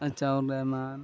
عطاء الرحمٰن